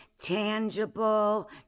Tangible